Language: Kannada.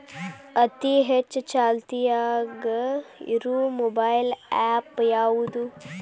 ಅತಿ ಹೆಚ್ಚ ಚಾಲ್ತಿಯಾಗ ಇರು ಮೊಬೈಲ್ ಆ್ಯಪ್ ಯಾವುದು?